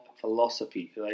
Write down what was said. philosophy